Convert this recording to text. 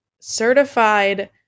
certified